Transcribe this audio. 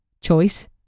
choice